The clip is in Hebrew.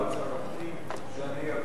תשובת שר הפנים, שאני אביא.